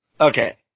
Okay